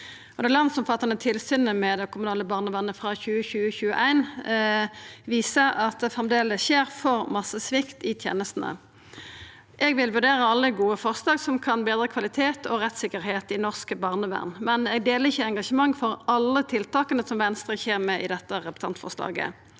Det landsomfattande tilsynet med det kommunale barnevernet frå 2021 viser at det framleis skjer for mykje svikt i tenestene. Eg vil vurdera alle gode forslag som kan betre kvalitet og rettstryggleik i norsk barnevern, men eg deler ikkje engasjementet for alle tiltaka som Venstre kjem med i dette representantforslaget.